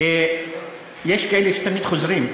יש כאלה שתמיד חוזרים.